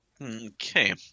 Okay